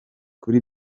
kuri